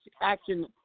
action